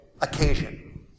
Occasion